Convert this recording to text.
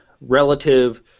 relative